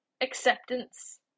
Acceptance